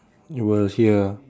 you will hear